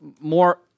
more